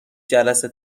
جلسه